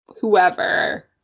whoever